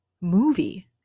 movie